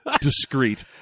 Discreet